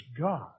God